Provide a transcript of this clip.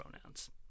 pronouns